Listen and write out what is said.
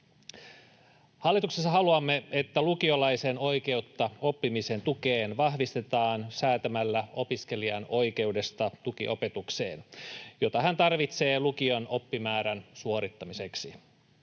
Hallituksessa haluamme, että lukiolaisen oikeutta oppimisen tukeen vahvistetaan säätämällä opiskelijan oikeudesta tukiopetukseen, jota hän tarvitsee lukion oppimäärän suorittamiseksi.